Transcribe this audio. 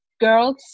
girls